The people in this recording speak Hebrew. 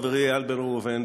חברי איל בן ראובן,